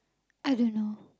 I don't know